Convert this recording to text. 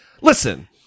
Listen